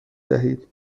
دهید